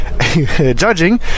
judging